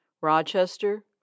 Rochester